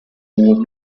hubo